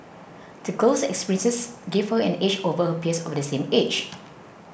the girl's experiences gave her an edge over her peers of the same age